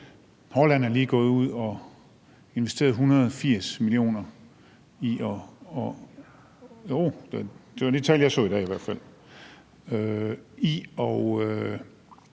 Holland er lige gået ud og har investeret 180 mio. kr. – det var det tal, jeg så i dag i hvert fald – i